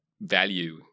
value